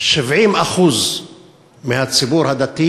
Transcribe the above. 70% מהציבור הדתי